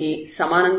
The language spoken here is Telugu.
కి సమానంగా ఉంటుంది